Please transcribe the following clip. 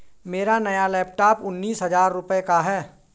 मेरा नया लैपटॉप उन्नीस हजार रूपए का है